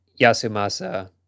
Yasumasa